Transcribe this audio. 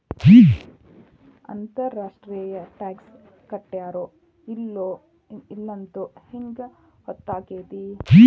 ಅಂತರ್ ರಾಷ್ಟ್ರೇಯ ಟಾಕ್ಸ್ ಕಟ್ಟ್ಯಾರೋ ಇಲ್ಲೊಂತ್ ಹೆಂಗ್ ಹೊತ್ತಾಕ್ಕೇತಿ?